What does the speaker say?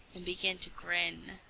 and began to grin.